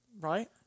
Right